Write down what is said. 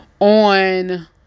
on